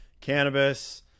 cannabis